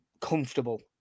comfortable